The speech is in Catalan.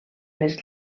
les